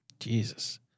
Jesus